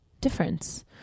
difference